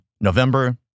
November